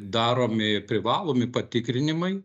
daromi privalomi patikrinimai